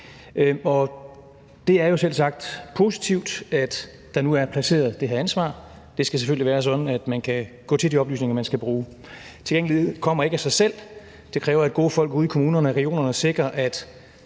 Det er jo selvsagt positivt, at der nu er placeret det her ansvar. Det skal selvfølgelig være sådan, at man kan tilgå de oplysninger, som man skal bruge. Tilgængelighed kommer ikke af sig selv. Det kræver, at gode folk ude i kommunerne og regionerne sikrer, at